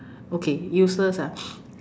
okay useless ah